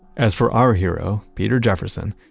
as for our hero, peter jefferson,